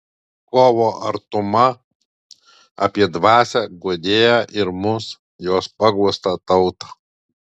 kovo artuma apie dvasią guodėją ir mus jos paguostą tautą